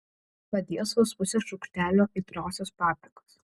padės vos pusė šaukštelio aitriosios paprikos